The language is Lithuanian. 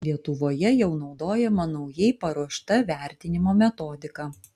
lietuvoje jau naudojama naujai paruošta vertinimo metodika